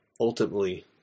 ultimately